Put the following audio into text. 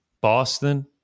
Boston